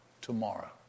tomorrow